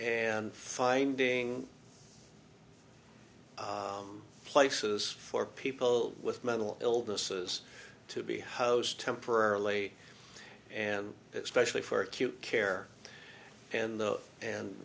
and finding places for people with mental illnesses to be housed temporarily and especially for acute care and those and